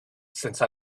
since